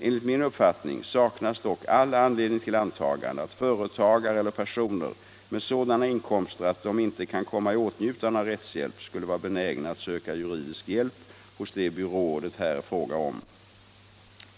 Enligt min uppfatt ning saknas dock all anledning till antagande att företagare eller personer med sådana inkomster att de inte kan komma i åtnjutande av rättshjälp skulle vara benägna att söka juridisk hjälp hos de byråer det här är fråga om.